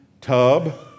tub